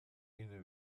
inne